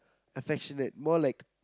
affectionate more like